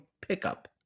Pickup